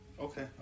Okay